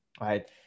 right